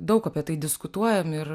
daug apie tai diskutuojam ir